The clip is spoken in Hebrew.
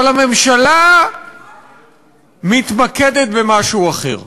אבל הממשלה מתמקדת במשהו אחר,